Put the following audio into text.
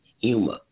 humor